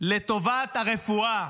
לטובת הרפואה,